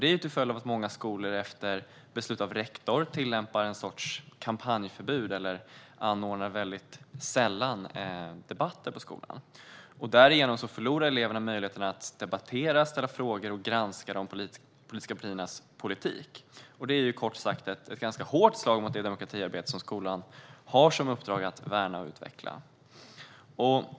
Det är en följd av att många skolor, efter beslut av rektor, tillämpar en sorts kampanjförbud eller väldigt sällan anordnar debatter på skolan. Därigenom förlorar eleverna möjligheterna att debattera, ställa frågor och granska de politiska partiernas politik. Det är ju, kort sagt, ett ganska hårt slag mot det demokratiarbete som skolan har som uppdrag att värna och utveckla.